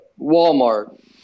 Walmart